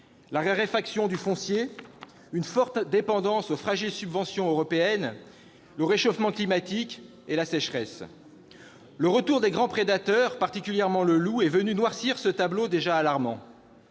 la raréfaction du foncier, une forte dépendance aux fragiles subventions européennes, le réchauffement climatique et la sécheresse. Le retour des grands prédateurs, particulièrement du loup, est venu noircir ce tableau déjà alarmant.